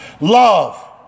Love